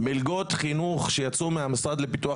מלגות חינוך שיצאו מהמשרד לפיתוח